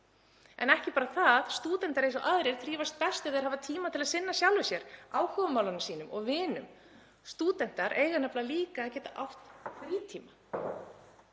En ekki bara það því stúdentar eins og aðrir þrífast best ef þeir hafa tíma til að sinna sjálfum sér, áhugamálum sínum og vinum. Stúdentar eiga nefnilega líka að geta átt frítíma